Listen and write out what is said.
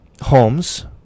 homes